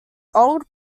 old